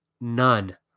None